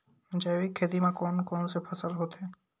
जैविक खेती म कोन कोन से फसल होथे?